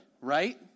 right